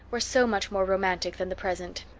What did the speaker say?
were so much more romantic than the present.